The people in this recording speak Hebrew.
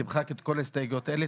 תמחק את כל ההסתייגויות האלה,